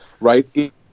Right